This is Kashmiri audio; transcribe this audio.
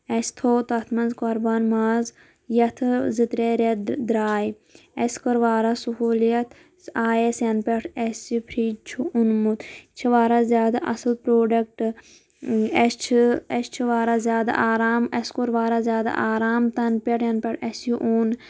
اَسہِ تھوٚو تَتھ منٛز قۄربان ماز یَتھٕ زٕ ترٛےٚ رٮ۪تھ درٛاے اَسہِ کٔر واریاہ سہوٗلِیت آے اَسہِ یِنہٕ پٮ۪ٹھ اَسہِ یہِ فِرٛج چھُ اوٚنمُت چھِ واریاہ زیادٕ اصٕل پرٛوڈکٹ اَسہِ چھِ اَسہِ چھِ وارِیاہ زیادٕ آرام اَسہِ کوٚر واریاہ زیادٕ آرام تَنہٕ پٮ۪ٹھ یَنہٕ پٮ۪ٹھ اَسہِ یہِ اوٚن